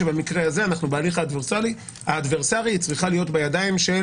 שבמקרה הזה אנחנו בהליך האדברסרי שצריך להיות בידיים של